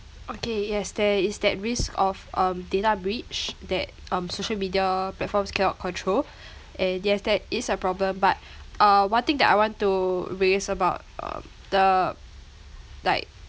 okay yes there is that risk of um data breach that um social media platforms cannot control and yes that is a problem but uh one thing that I want to raise about um the like